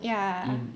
ya